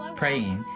um praying,